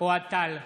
אוהד טל,